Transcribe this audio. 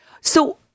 So-